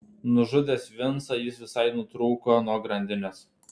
nužudęs vincą jis visai nutrūko nuo grandinės